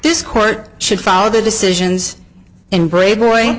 this court should follow the decisions in brave boy